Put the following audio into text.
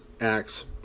acts